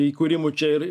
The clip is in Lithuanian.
įkūrimu čia ir